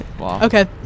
okay